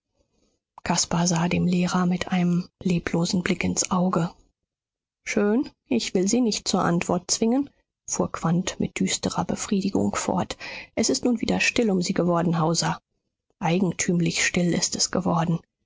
caspar sah dem lehrer mit einem leblosen blick ins auge schön ich will sie nicht zur antwort zwingen fuhr quandt mit düsterer befriedigung fort es ist nun wieder still um sie geworden hauser eigentümlich still ist es geworden